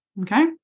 Okay